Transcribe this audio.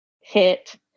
hit